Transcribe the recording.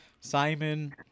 Simon